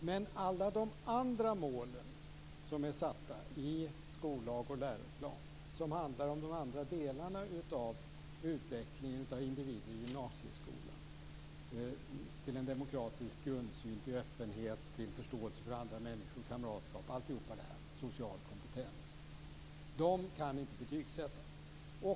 Men alla de andra mål som är satta i skollag och läroplan och som handlar om de andra delarna i utvecklingen av individer till en demokratisk grundsyn, öppenhet och förståelse för andra människor, kamratskap, social kompetens etc. kan inte betygssättas.